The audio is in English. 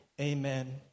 amen